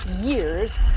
years